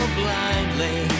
blindly